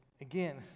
Again